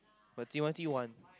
but Timothy want